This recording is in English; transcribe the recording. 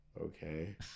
Okay